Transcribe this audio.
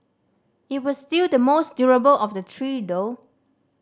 it was still the most durable of the three though